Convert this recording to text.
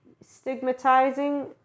stigmatizing